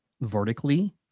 vertically